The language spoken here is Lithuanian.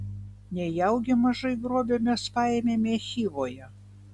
nejaugi mažai grobio mes paėmėme chivoje